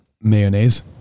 mayonnaise